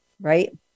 right